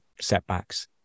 setbacks